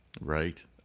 right